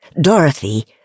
Dorothy